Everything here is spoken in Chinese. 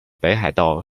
北海道